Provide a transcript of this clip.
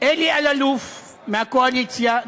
אלי אלאלוף מהקואליציה,